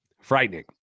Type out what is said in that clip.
Frightening